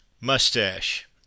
Mustache